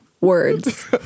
Words